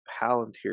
palantir